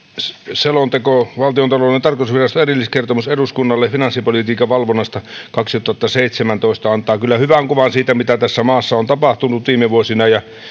selonteko valtiontalouden tarkastusviraston erilliskertomus eduskunnalle finanssipolitiikan valvonnasta kaksituhattaseitsemäntoista antaa kyllä hyvän kuvan siitä mitä tässä maassa on tapahtunut viime vuosina ja